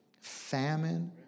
famine